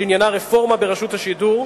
שעניינה רפורמה ברשות השידור,